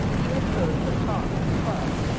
he had heard her talk at the club,